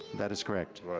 that is correct.